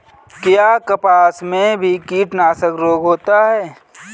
क्या कपास में भी कीटनाशक रोग होता है?